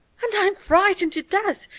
and i'm frightened to death,